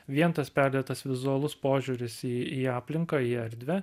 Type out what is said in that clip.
vien tas perdėtas vizualus požiūris į į aplinką į erdvę